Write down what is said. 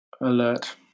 alert